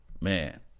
man